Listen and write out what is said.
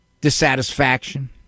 dissatisfaction